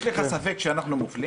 יש לך ספק שאנחנו מופלים?